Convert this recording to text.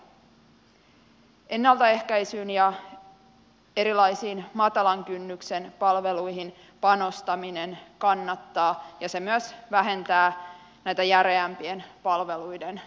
ennaltaehkäisyyn ja erilaisiin matalan kynnyksen palveluihin panostaminen kannattaa ja se myös vähentää näiden järeämpien palveluiden tarvetta